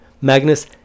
Magnus